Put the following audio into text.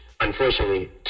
unfortunately